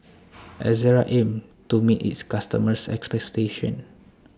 Ezerra aims to meet its customers' expectations